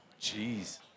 Jeez